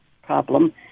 problem